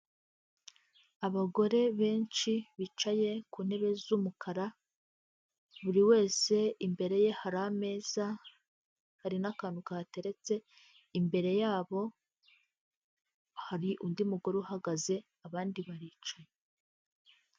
Abagore benshi bicaye ku ntebe z'umukara buri wese imbere ye hari ameza hari n'akantu kateretse imbere yabo hari undi mugore uhagaze abandi baricaye.